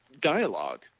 dialogue